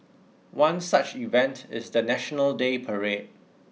one such event is the National Day parade